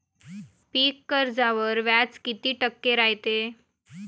पीक कर्जावर व्याज किती टक्के रायते?